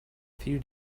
few